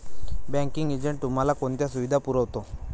Banking agent तुम्हाला कोणत्या सुविधा पुरवतो?